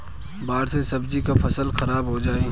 बाढ़ से सब्जी क फसल खराब हो जाई